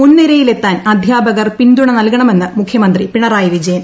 മുൻനിരയിലെത്താൻ അധ്യാപകർ പിന്തുണ നൽകണമെന്ന് മുഖ്യമന്ത്രി പിണറായി വിജയൻ